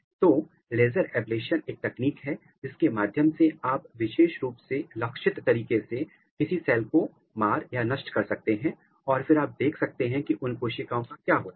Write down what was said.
तो laser ablation एक तकनीक है जिसके माध्यम से आप विशेष रूप से लक्षित तरीके से किसी सेल को मार सकते हैं और फिर आप देख सकते हैं कि उन कोशिकाओं का क्या होता है